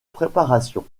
préparation